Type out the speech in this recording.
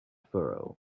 furrow